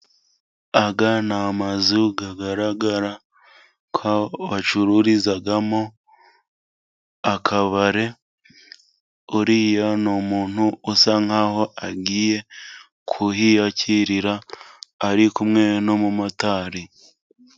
Aga ni amazu agaragara ko bacururizamo akabare, uriya ni umuntu usa nk'aho agiye kuhiyakirira, ari kumwe n'umumotari.